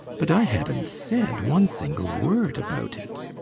but i hadn't said one single word about it.